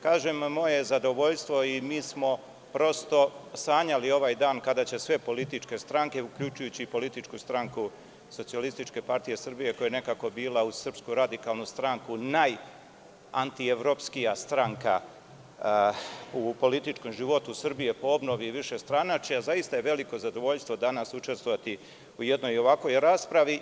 Kažem, moje je zadovoljstvo i mi smo prosto sanjali ovaj dan kada će sve političke stranke, uključujući i političku stranku SPS, koja je nekako bila uz SRS najantievropskija stranka u političkom životu Srbije po obnovi višestranačja, zaista je veliko zadovoljstvo danas učestvovati u jednoj ovakvoj raspravi.